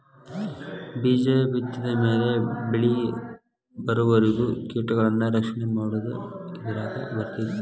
ಬೇಜ ಬಿತ್ತಿದ ಮ್ಯಾಲ ಬೆಳಿಬರುವರಿಗೂ ಕೇಟಗಳನ್ನಾ ರಕ್ಷಣೆ ಮಾಡುದು ಇದರಾಗ ಬರ್ತೈತಿ